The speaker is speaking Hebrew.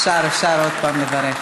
אפשר, אפשר עוד פעם לברך.